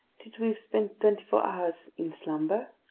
that we've spent twenty-four hours in slumber.